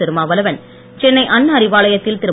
திருமாவளவன் சென்னை அண்ணா அறிவாலயத்தில் திரு